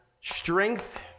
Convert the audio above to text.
strength